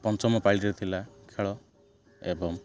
ପଞ୍ଚମ ପାଳିରେ ଥିଲା ଖେଳ ଏବଂ